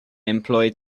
employed